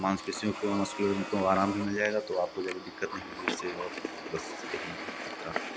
मांसपेशियों को को आराम भी मिल जाएगा तो आपको ज़्यादा दिक्कत नहीं होगी इससे और बस यही जहाँ तक था